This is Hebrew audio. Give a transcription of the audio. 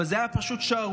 אבל זו הייתה פשוט שערורייה.